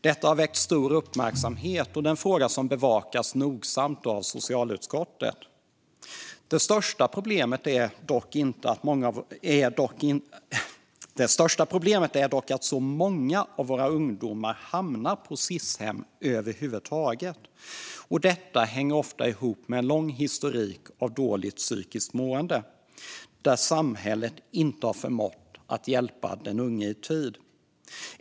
Detta har väckt stor uppmärksamhet, och det är en fråga som bevakas nogsamt av socialutskottet. Det största problemet är dock att så många av våra ungdomar över huvud taget hamnar på Sis-hem. Detta hänger ofta ihop med en lång historik av dåligt psykiskt mående där samhället inte har förmått att hjälpa den unge i tid.